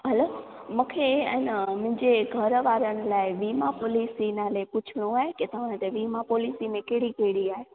हलो मूंखे आहे न मुंहिंजे घरवारनि लाइ वीमा पोलिसी नाले कुझु नओं आहे की तव्हां वटि वीमा पोलिसी में कहिड़ी कहिड़ी आहे